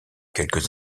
quelques